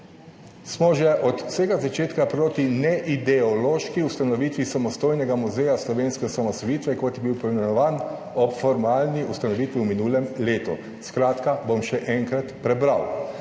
»Smo že od vsega začetka proti neideološki ustanovitvi Samostojnega muzeja slovenske osamosvojitve, kot je bil poimenovan ob formalni ustanovitvi v minulem letu. Skratka, bom še enkrat prebral: